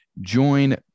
Join